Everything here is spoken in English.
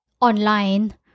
online